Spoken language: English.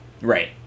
Right